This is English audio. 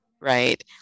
right